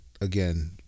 Again